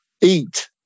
Eat